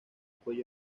cuello